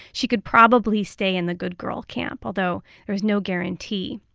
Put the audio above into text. she could probably stay in the good girl camp, although there's no guarantee.